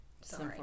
Sorry